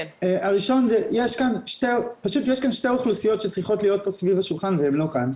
פשוט יש כאן שתי אוכלוסיות שצריכות להיות פה סביב השולחן והן לא כאן.